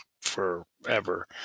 forever